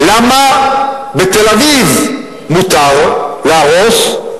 למה בתל-אביב מותר להרוס,